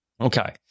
okay